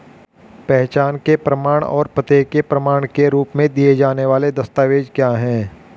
पहचान के प्रमाण और पते के प्रमाण के रूप में दिए जाने वाले दस्तावेज क्या हैं?